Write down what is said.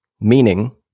Meaning